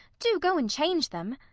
do go and change them.